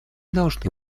должны